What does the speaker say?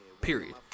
Period